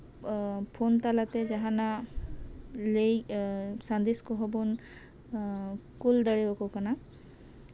phone ᱛᱟᱞᱟᱛᱮ ᱡᱟᱦᱟᱸᱱᱟᱜ ᱞᱟᱹᱭ ᱥᱟᱸᱫᱮᱥ ᱠᱚᱦᱚᱸᱵᱚᱱ ᱠᱩᱞᱫᱟ ᱠᱩᱞ ᱫᱟᱲᱮᱣᱟᱠᱚ ᱠᱟᱱᱟ